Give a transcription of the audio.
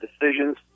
decisions